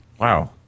wow